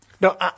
No